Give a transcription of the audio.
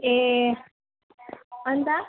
ए अनि त